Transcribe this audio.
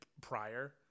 prior